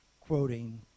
quoting